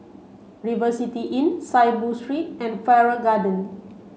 River City Inn Saiboo Street and Farrer Garden